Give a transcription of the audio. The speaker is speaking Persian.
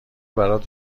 برات